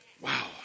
wow